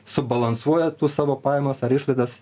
subalansuoja tų savo pajamas ar išlaidas